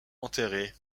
enterrés